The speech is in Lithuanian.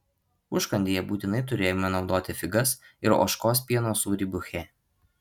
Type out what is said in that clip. užkandyje būtinai turėjome naudoti figas ir ožkos pieno sūrį buche